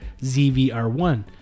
ZVR1